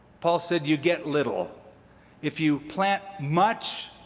paul said, you get little if you plant much,